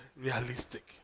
realistic